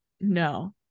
no